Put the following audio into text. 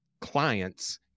clients